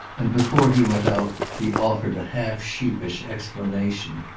and before he went out he offered a half-sheepish explanation.